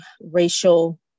racial